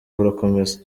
burakomeza